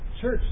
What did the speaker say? Church